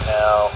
now